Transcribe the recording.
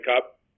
Cup